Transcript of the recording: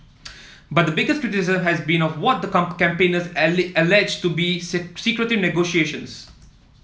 but the biggest criticism has been of what the come campaigners ally allege to be see secretive negotiations